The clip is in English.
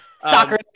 Soccer